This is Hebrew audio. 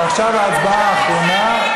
ועכשיו ההצבעה האחרונה,